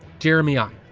jeremy ah